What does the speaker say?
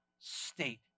state